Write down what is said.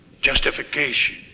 Justification